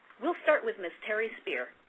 will start with ms. terri spear.